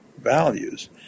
Values